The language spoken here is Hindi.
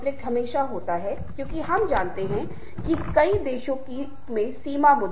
यह कैसे होता है कि हम इस बदलाव का सामना करें